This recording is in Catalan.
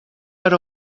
per